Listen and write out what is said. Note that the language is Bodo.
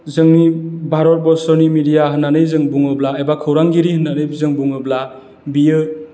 जोंनि भारतबर्सनि मिडिया होननानै जों बुङोब्ला एबा खौरांगिरि होननानै जों बुङोब्ला बियो